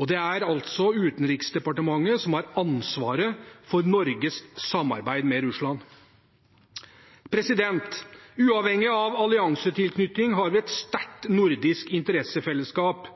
Det er altså Utenriksdepartementet som har ansvaret for Norges samarbeid med Russland. Uavhengig av alliansetilknytning har vi et sterkt nordisk interessefellesskap.